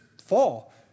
fall